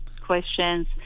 questions